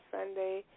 Sunday